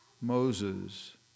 Moses